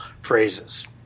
phrases